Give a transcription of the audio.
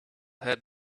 had